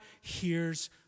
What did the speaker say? hears